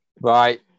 right